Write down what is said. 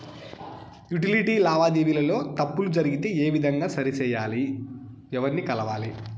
Utility లావాదేవీల లో తప్పులు జరిగితే ఏ విధంగా సరిచెయ్యాలి? ఎవర్ని కలవాలి?